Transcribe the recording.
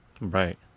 Right